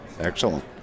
Excellent